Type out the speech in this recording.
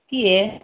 কি হে